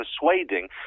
persuading